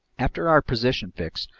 after our position fix,